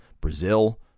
Brazil